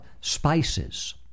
spices